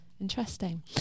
interesting